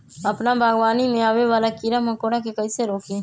अपना बागवानी में आबे वाला किरा मकोरा के कईसे रोकी?